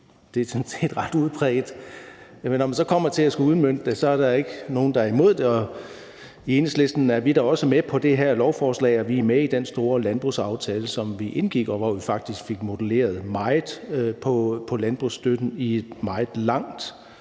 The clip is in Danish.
Det er sådan set ret udbredt. Når man så kommer til at skulle udmønte det, er der ikke nogen, der er imod det, og i Enhedslisten er vi da også med på det her lovforslag, og vi er med i den store landbrugsaftale, som vi indgik, og hvor vi faktisk fik modelleret meget på landbrugsstøtten i et meget langt